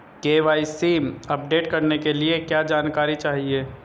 KYC update करने के लिए क्या जानकारी चाहिए?